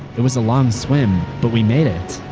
it was a long swim but we made it!